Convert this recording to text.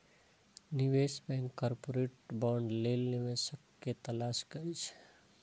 निवेश bank corporate bond लेल निवेशक के तलाश करै छै